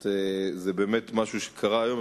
זה באמת משהו שקרה היום,